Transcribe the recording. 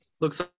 looks